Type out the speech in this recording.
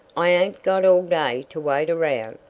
i ain't got all day to wait around!